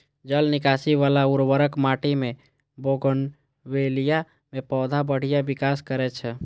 जल निकासी बला उर्वर माटि मे बोगनवेलिया के पौधा बढ़िया विकास करै छै